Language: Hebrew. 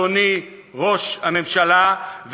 אדוני ראש הממשלה,